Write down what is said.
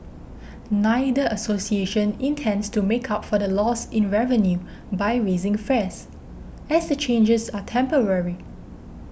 neither association intends to make up for the loss in revenue by raising fares as the changes are temporary